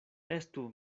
estu